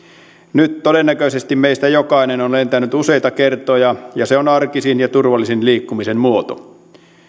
nyt todennäköisesti meistä jokainen on lentänyt useita kertoja ja se on arkinen ja turvallisin liikkumisen muoto